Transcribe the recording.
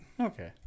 Okay